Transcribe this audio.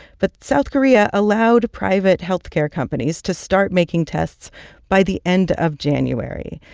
but south korea allowed private health care companies to start making tests by the end of january.